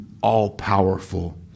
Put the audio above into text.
all-powerful